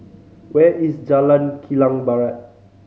where is Jalan Kilang Barat